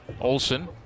Olson